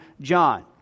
John